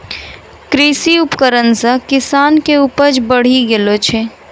कृषि उपकरण से किसान के उपज बड़ी गेलो छै